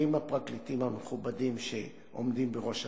אומרים הפרקליטים המכובדים שעומדים בראש הפרקליטות,